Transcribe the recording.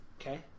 Okay